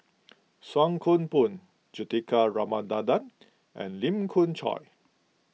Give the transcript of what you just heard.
Song Koon Poh Juthika Ramanathan and Lee Khoon Choy